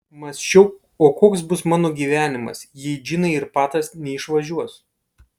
mąsčiau o koks bus mano gyvenimas jei džina ir patas neišvažiuos